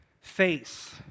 face